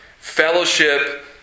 fellowship